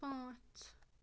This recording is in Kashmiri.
پانٛژھ